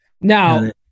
now